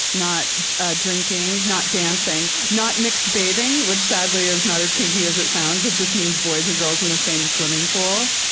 not drinking, not dancing, not mixed bathing, which sadly is not as kinky as it sounds. sounds. it just means boys and girls in the same swimming pool.